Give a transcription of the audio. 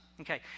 okay